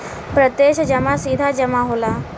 प्रत्यक्ष जमा सीधा जमा होला